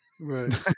Right